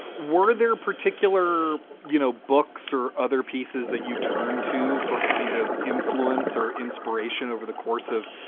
were there particular, you know, books or other pieces that you turn to for kind of influence or inspiration over the course of,